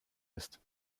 ist